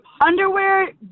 underwear